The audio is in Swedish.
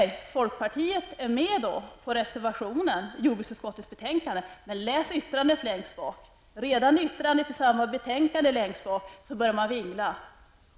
Ja, folkpartiet var med på reservationen i jordbruksutskottet, men läs yttrandet längst bak. Redan i detta yttrande börjar folkpartiet vingla.